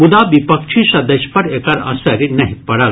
मुदा विपक्षी सदस्य पर एकर असरि नहि पड़ल